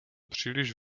příliš